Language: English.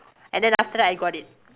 and then after that I got it